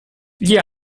gli